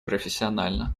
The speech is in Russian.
профессионально